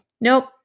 Nope